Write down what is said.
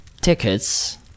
tickets